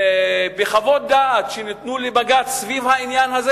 בחוות דעת שניתנו לבג"ץ סביב העניין הזה